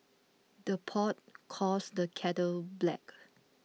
the pot calls the kettle black